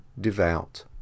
devout